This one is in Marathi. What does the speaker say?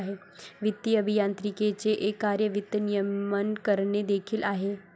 वित्तीय अभियांत्रिकीचे एक कार्य वित्त नियमन करणे देखील आहे